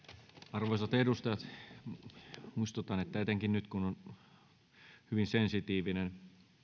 arvoisat edustajat muistutan että etenkin nyt kun on hyvin sensitiivinen